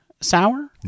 sour